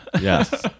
yes